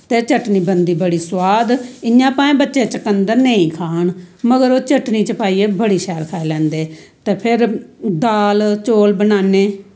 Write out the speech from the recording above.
ते चटनी बनदी बड़ी सोआद इयां भाएं बच्चे चकंद्दर नेंई खान मते बच्चे चटनी च पाइयै बड़े शैल खाई लैंदे ते फिर दाल चौल बनान्ने